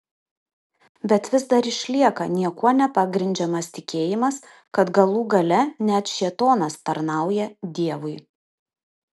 bet vis dar išlieka niekuo nepagrindžiamas tikėjimas kad galų gale net šėtonas tarnauja dievui